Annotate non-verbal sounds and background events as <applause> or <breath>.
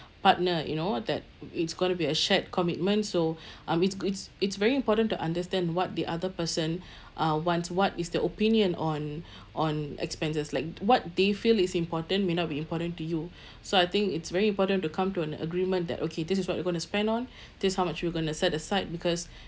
partner you know that it's gonna be a shared commitment so <breath> um it's it's it's very important to understand what the other person <breath> uh wants what is the opinion on <breath> on expenses like th~ what they feel is important may not be important to you <breath> so I think it's very important to come to an agreement that okay this is what we're going to spend on <breath> this is how much we're going to set aside because